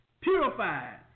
purified